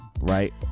right